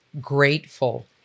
grateful